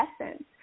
essence